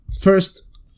first